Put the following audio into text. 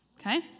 Okay